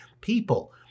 people